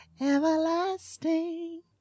everlasting